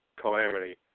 calamity